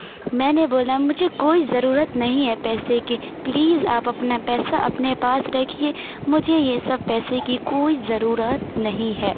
میں نے بولا مجھے کوئی ضرورت نہیں ہے پیسے کی پلیز آپ اپنا پیسہ اپنے پاس رکھیے مجھے یہ سب پیسے کی کوئی ضرورت نہیں ہے